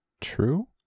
true